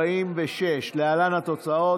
ההצבעה על הסתייגות 46, להלן התוצאות: